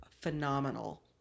phenomenal